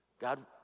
God